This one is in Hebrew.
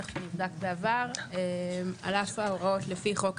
הנבדק בעבר 28. על אף ההוראות לפי חוק העתיקות,